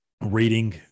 Reading